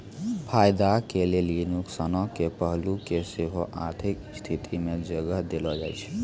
फायदा के लेली नुकसानो के पहलू के सेहो आर्थिक स्थिति मे जगह देलो जाय छै